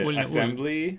assembly